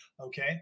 okay